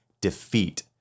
defeat